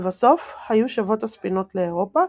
לבסוף היו שבות הספינות לאירופה,